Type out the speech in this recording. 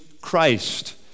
Christ